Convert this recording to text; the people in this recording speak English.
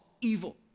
evil